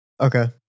Okay